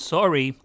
Sorry